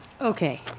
okay